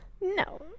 No